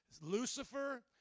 Lucifer